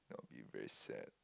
if not I'll be very sad